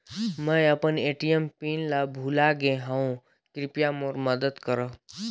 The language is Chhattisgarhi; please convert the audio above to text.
मैं अपन ए.टी.एम पिन ल भुला गे हवों, कृपया मोर मदद करव